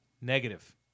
Negative